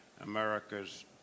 America's